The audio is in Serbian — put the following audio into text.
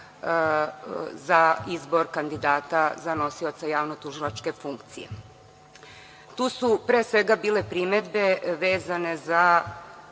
za izbor kandidata za nosioca javnotužilačke funkcije. Tu su, pre svega, bile primedbe vezane za